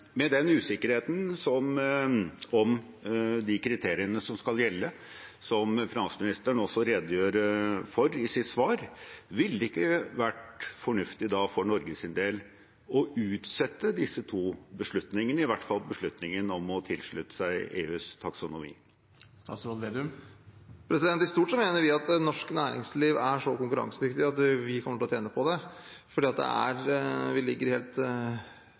den usikkerheten om de kriteriene som skal gjelde, som finansministeren også redegjør for i sitt svar, ville det ikke da vært fornuftig for Norges del å utsette disse to beslutningene, i hvert fall beslutningen om å tilslutte seg EUs taksonomi? I stort mener vi at norsk næringsliv er så konkurransedyktig at vi kommer til å tjene på det, for vi ligger helt i front når det gjelder å drive med bærekraftig næringsvirksomhet. Vi